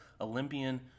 Olympian